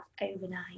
overnight